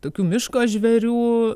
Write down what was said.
tokių miško žvėrių